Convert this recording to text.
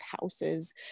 houses